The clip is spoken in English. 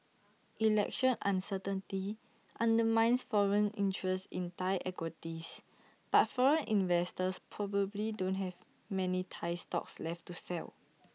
election uncertainty undermines foreign interest in Thai equities but overseas investors probably don't have many Thai stocks left to sell